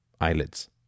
eyelids